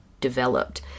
developed